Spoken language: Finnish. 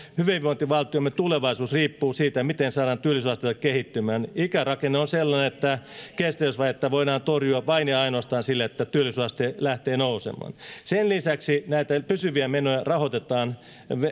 hyvinvointivaltiomme tulevaisuus riippuu siitä miten saadaan työllisyysastetta kehittymään ikärakenne on sellainen että kestävyysvajetta voidaan torjua vain ja ainoastaan sillä että työllisyysaste lähtee nousemaan sen lisäksi pysyviä menoja rahoitetaan